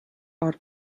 are